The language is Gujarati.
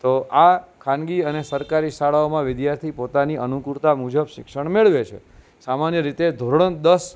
તો આ ખાનગી અને સરકારી શાળાઓમાં વિદ્યાર્થી પોતાની અનુકૂળતા મુજબ શિક્ષણ મેળવે છે સામાન્ય રીતે ધોરણ દસ